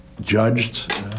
judged